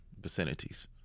vicinities